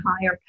higher